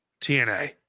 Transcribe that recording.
TNA